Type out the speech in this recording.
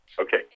Okay